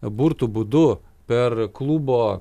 burtų būdu per klubo